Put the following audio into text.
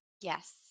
Yes